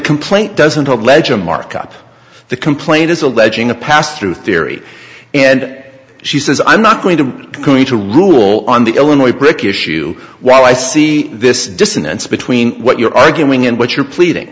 complaint doesn't hold legit markup the complaint is alleging a passthrough theory and she says i'm not going to going to rule on the illinois brick issue while i see this dissonance between what you're arguing and what you're pleading